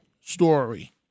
story